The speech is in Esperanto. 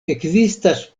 ekzistas